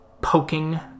poking